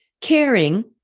caring